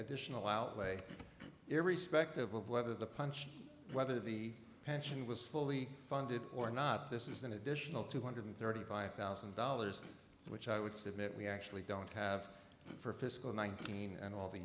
additional outlay to respective of whether the punch whether the pension was fully funded or not this is an additional two hundred thirty five thousand dollars which i would submit we actually don't have for fiscal nineteen and all the